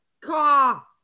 car